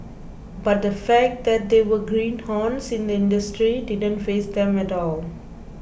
but the fact that they were greenhorns in the industry didn't faze them at all